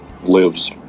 lives